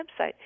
website